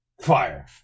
Fire